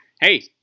Hey